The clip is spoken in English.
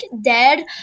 dead